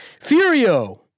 Furio